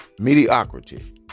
mediocrity